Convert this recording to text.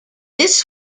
this